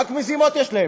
רק מזימות יש להן בראש.